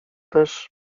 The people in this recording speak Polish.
też